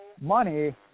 money